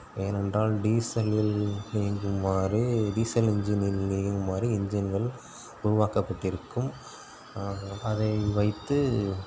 ஏனென்றால் டீசலில் இயங்குமாறு டீசல் இன்ஜினில் இயங்குமாறு இன்ஜின்கள் உருவாக்கப்பட்டிருக்கும் அதை வைத்து